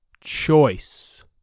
choice